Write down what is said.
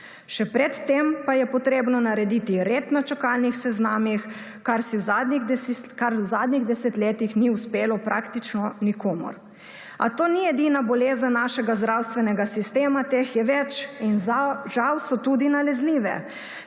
Še pred tem pa je potrebno narediti red na čakalnih seznanim, kar v zadnjih desetletjih ni uspelo praktično nikomur. A to ni edina bolezen našega zdravstvenega sistema, teh je več in žal so tudi nalezljive,